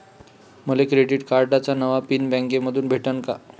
मले क्रेडिट कार्डाचा नवा पिन बँकेमंधून भेटन का?